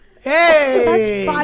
Hey